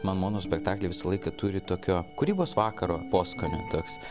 ma mono spektakliai visą laiką turi tokio kūrybos vakaro poskonį toks